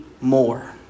more